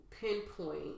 pinpoint